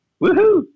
Woohoo